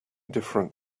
different